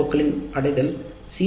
ஓக்களின் அணுகல் சி